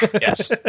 yes